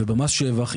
ובמס שבח,